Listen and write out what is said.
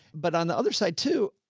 but on the other side too.